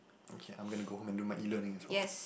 okay I'm gonna to go home and do my E learning as well